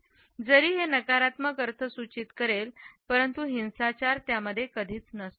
जरी हे नकारात्मक अर्थ सूचित करेल परंतु हिंसाचार त्यापैकी कधीच नसतो